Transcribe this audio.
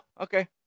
okay